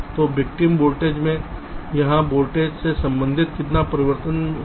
तो victim voltage में यहाँ वोल्टेज में संबंधित कितना परिवर्तन होगा